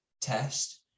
test